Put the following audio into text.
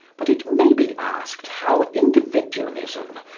but it may be asked how individualism,